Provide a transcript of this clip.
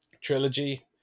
trilogy